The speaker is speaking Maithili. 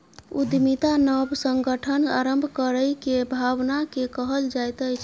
उद्यमिता नब संगठन आरम्भ करै के भावना के कहल जाइत अछि